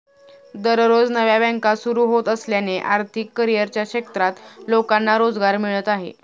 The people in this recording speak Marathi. दररोज नव्या बँका सुरू होत असल्याने आर्थिक करिअरच्या क्षेत्रात लोकांना रोजगार मिळत आहे